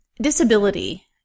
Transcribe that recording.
disability